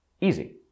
Easy